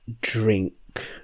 drink